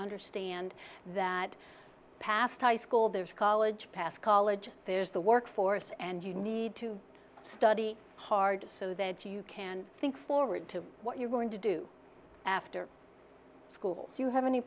understand that past high school there's college pass college and there's the work force and you need to study hard so that you can think forward to what you're going to do after school do you have any